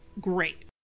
Great